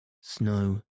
Snow